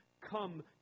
come